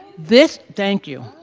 this, thank you,